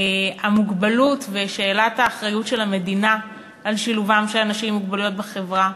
המוגבלות ושאלת האחריות של המדינה לשילובם של אנשים עם מוגבלויות בחברה.